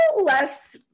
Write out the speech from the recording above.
less